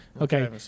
Okay